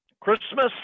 Christmas